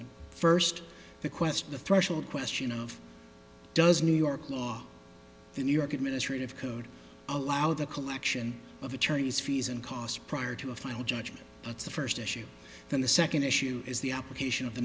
an first the question the threshold question of does new york law the new york administrative code allow the collection of attorneys fees and costs prior to a final judgment that's the first issue than the second issue is the application of the